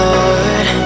Lord